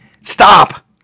Stop